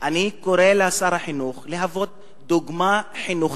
אני קורא לשר החינוך להוות דוגמה חינוכית.